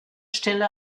stelle